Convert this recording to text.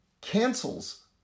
cancels